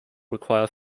require